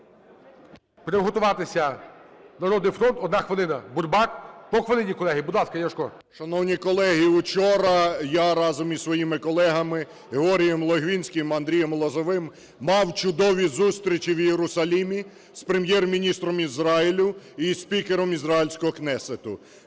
Шановні колеги, учора я разом із своїми колегами Георгієм Логвинським і Андрієм Лозовим мав чудові зустрічі в Єрусалимі з Прем’єр-міністром Ізраїлю і із спікером ізраїльського Кнесету.